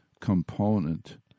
component